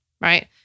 right